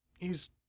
hes